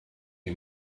die